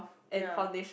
ya